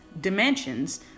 dimensions